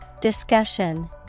Discussion